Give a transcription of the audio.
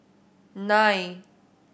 nine